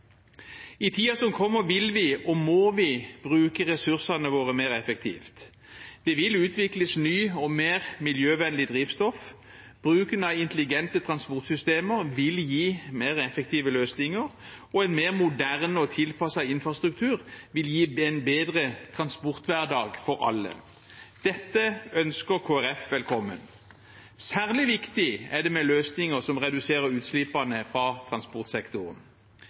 I tiden som kommer, vil vi, og må vi, bruke ressursene våre mer effektivt. Det vil utvikles nytt og mer miljøvennlig drivstoff, bruken av intelligente transportsystemer vil gi mer effektive løsninger, og en mer moderne og tilpasset infrastruktur vil gi en bedre transporthverdag for alle. Dette ønsker Kristelig Folkeparti velkommen. Særlig viktig er det med løsninger som reduserer utslippene fra transportsektoren.